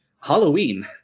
Halloween